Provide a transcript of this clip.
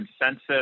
Consensus